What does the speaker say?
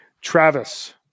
Travis